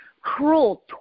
cruel